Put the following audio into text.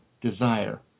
desire